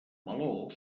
meló